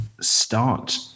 start